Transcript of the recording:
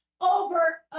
Over